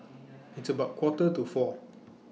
its about Quarter to four